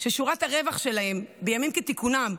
ששורת הרווח שלהן בימים כתיקונם,